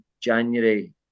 January